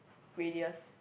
radius